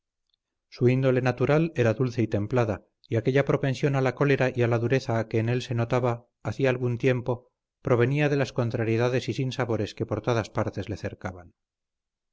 su índole natural era dulce y templada y aquella propensión a la cólera y a la dureza que en él se notaba hacía algún tiempo provenía de las contrariedades y sinsabores que por todas partes le cercaban